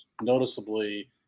noticeably